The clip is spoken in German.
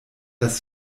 dass